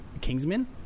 Kingsman